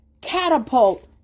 catapult